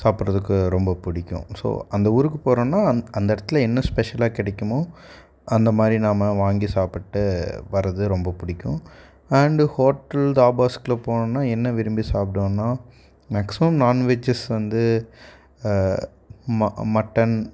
சாப்பிறதுக்கு ரொம்ப பிடிக்கும் ஸோ அந்த ஊருக்கு போகிறோன்னா அந் அந்த இடத்துல என்ன ஸ்பெஷலாக கிடைக்குமோ அந்த மாதிரி நாம் வாங்கி சாப்பிட்டு வரது ரொம்ப பிடிக்கும் அண்டு ஹோட்டல் தாபாஸில் போனோன்னால் என்ன விரும்பி சாப்பிடுவேன்னா மேக்ஸிமம் நான்வெஜ்ஜஸ் வந்து ம மட்டன்